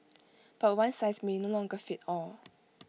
but one size may no longer fit all